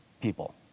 people